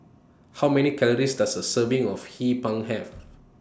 How Many Calories Does A Serving of Hee Pan Have